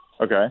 okay